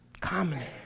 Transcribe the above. common